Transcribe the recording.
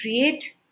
create